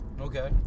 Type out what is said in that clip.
Okay